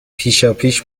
پیشاپیش